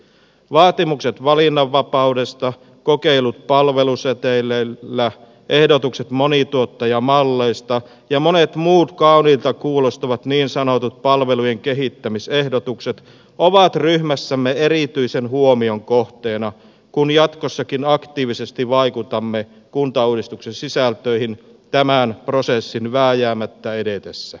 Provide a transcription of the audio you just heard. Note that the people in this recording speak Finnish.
vaatimukset valinnanvapaudesta kokeilut palveluseteleillä ehdotukset monituottajamalleista ja monet muut kauniilta kuulostavat niin sanotut palvelujen kehittämisehdotukset ovat ryhmässämme erityisen huomion kohteena kun jatkossakin aktiivisesti vaikutamme kuntauudistuksen sisältöihin tämän prosessin vääjäämättä edetessä